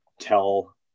tell